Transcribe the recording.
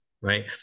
right